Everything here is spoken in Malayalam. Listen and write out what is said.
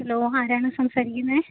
ഹലോ ആരാണ് സംസാരിക്കുന്നത്